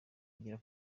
agera